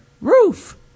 roof